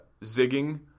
zigging